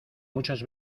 muchas